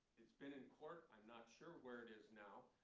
it's been in court. i'm not sure where it is now,